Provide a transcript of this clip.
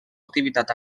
activitat